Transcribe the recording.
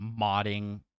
modding